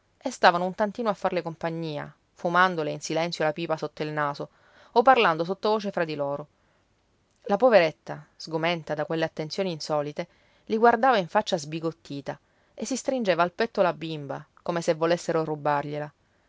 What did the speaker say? e stavano un tantino a farle compagnia fumandole in silenzio la pipa sotto il naso o parlando sottovoce fra di loro la poveretta sgomenta da quelle attenzioni insolite li guardava in faccia sbigottita e si stringeva al petto la bimba come se volessero